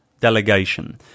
delegation